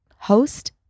host